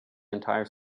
entire